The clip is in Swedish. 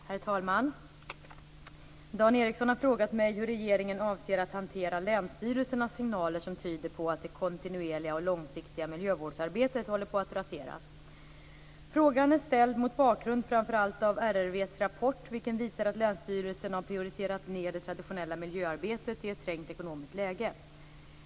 Herr talman! Dan Ericsson har frågat mig hur regeringen avser att hantera länsstyrelsernas signaler som tyder på att det kontinuerliga och långsiktiga miljövårdsarbetet håller på att raseras. Frågan är ställd mot bakgrund framför allt av , vilken visar att länsstyrelserna har prioriterat ned det traditionella miljöarbetet i ett trängt ekonomiskt läge.